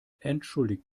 entschuldigt